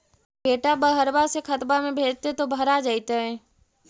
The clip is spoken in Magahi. बेटा बहरबा से खतबा में भेजते तो भरा जैतय?